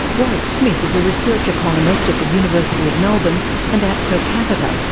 warwick smith is a research economist at the university of melbourne and at per capita,